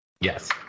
Yes